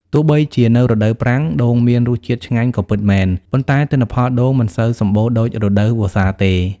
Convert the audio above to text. ទោះបីជានៅរដូវប្រាំង ដូងមានរសជាតិឆ្ងាញ់ក៏ពិតមែន ប៉ុន្តែទិន្នផលដូងមិនសូវសម្បូរដូចរដូវវស្សាទេ។